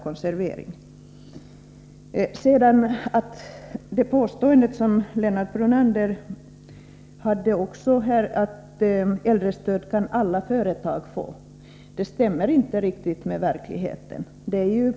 Lennart Brunander påstod att alla företag kan få äldrestöd. Det stämmer inte riktigt med verkligheten.